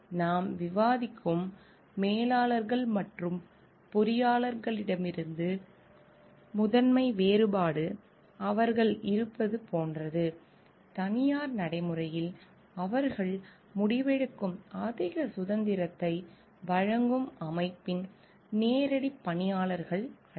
எனவே நாம் விவாதிக்கும் மேலாளர்கள் மற்றும் பொறியாளர்களிடமிருந்து முதன்மை வேறுபாடு அவர்கள் இருப்பது போன்றது தனியார் நடைமுறையில் அவர்கள் முடிவெடுக்கும் அதிக சுதந்திரத்தை வழங்கும் அமைப்பின் நேரடி பணியாளர்கள் அல்ல